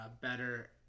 better